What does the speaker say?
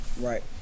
Right